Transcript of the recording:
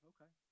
Okay